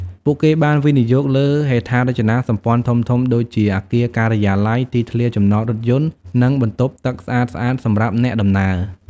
ពួកគេបានវិនិយោគលើហេដ្ឋារចនាសម្ព័ន្ធធំៗដូចជាអគារការិយាល័យ ទីធ្លាចំណតរថយន្ត និងបន្ទប់ទឹកស្អាតៗសម្រាប់អ្នកដំណើរ។